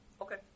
Okay